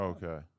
Okay